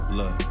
Look